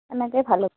তেনেকৈ ভালো